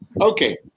Okay